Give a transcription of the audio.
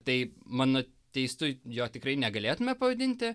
tai mano teistu jo tikrai negalėtume pavadinti